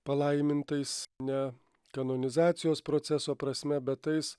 palaimintais ne kanonizacijos proceso prasme bet tais